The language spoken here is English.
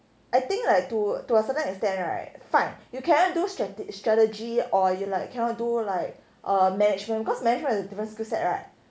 I think like to to a certain extent right fine you cannot do strategy strategy or you like cannot do like err management cause management is different skill set right